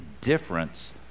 difference